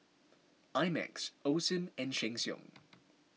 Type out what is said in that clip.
I Max Osim and Sheng Siong